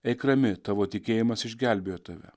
eik rami tavo tikėjimas išgelbėjo tave